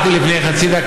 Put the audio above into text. מה חשבת?